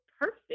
perfect